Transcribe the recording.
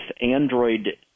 Android